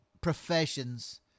professions